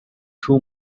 two